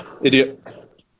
Idiot